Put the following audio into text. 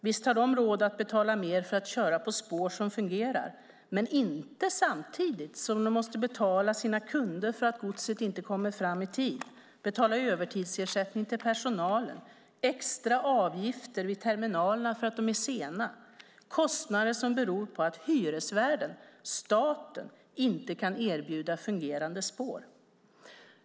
Visst har de råd att betala mer för att köra på spår som fungerar, men inte samtidigt som de måste betala sina kunder för att godset inte kommer fram i tid och betala övertidsersättning till personalen och extraavgifter vid terminalerna för att de är sena - kostnader som beror på att hyresvärden, staten, inte kan erbjuda fungerande spår.